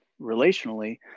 relationally